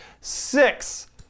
six